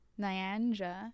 Nyanja